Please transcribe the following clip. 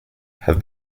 have